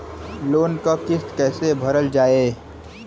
Loan क किस्त कैसे भरल जाए?